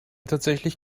tatsächlich